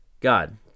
God